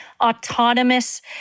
autonomous